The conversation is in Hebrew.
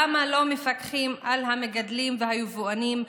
למה לא מפקחים על המגדלים ועל היבואנים?